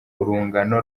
urungano